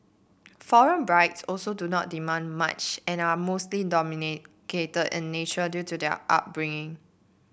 foreign brides also do not demand much and are mostly in nature due to their upbringing